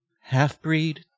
half-breed